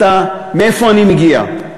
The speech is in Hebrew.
מאיפה אני מגיע,